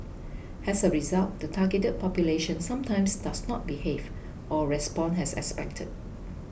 as a result the targeted population sometimes does not behave or respond as expected